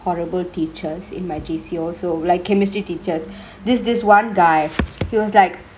horrible teachers in my J_C also like chemistry teachers this this one guy he was like